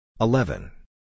Eleven